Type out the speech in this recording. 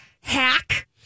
hack